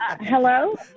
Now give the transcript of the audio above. hello